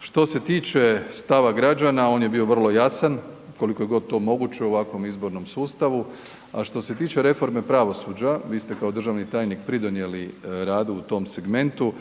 Što se tiče stava građana, on je bio vrlo jasan, koliko je god to moguće u ovakvom izbornom sustavu. A što se tiče reforme pravosuđa, vi ste kao državni tajnik pridonijeli radu u tome segmentu.